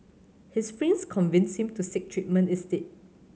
his friends convinced him to seek treatment instead